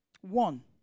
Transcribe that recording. One